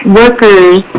workers